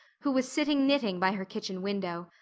who was sitting knitting by her kitchen window.